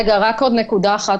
בהקשר הזה, עוד נקודה אחת